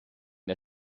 der